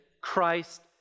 Christ